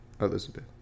Elizabeth